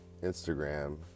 Instagram